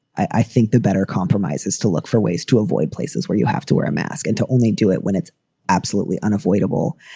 i think the better compromise is to look for ways to avoid places where you have to wear a mask and to only do it when it's absolutely unavoidable.